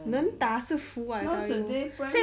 能打是福 I tell you